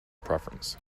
preference